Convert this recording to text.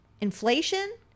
Inflation